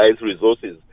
resources